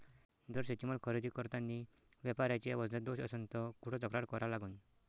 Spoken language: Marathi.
जर शेतीमाल खरेदी करतांनी व्यापाऱ्याच्या वजनात दोष असन त कुठ तक्रार करा लागन?